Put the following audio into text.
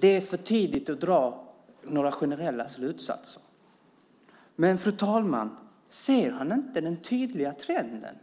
det är för tidigt att dra några generella slutsatser. Men, fru talman, ser han inte den tydliga trenden?